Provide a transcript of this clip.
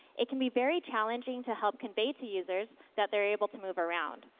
it can be very challenging to help convey to users that they're able to move around.